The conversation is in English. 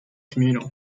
communal